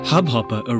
Hubhopper